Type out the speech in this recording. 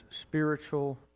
spiritual